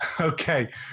Okay